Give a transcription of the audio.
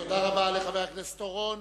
תודה רבה לחבר הכנסת אורון.